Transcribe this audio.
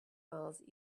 miles